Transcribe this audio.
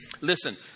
Listen